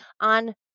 on